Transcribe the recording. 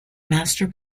master